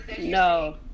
no